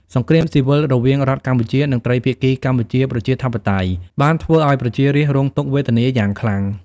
សង្គ្រាមស៊ីវិលរវាងរដ្ឋកម្ពុជា និងត្រីភាគីកម្ពុជាប្រជាធិបតេយ្យ បានធ្វើឱ្យប្រជារាស្ត្ររងទុក្ខវេទនាយ៉ាងខ្លាំង។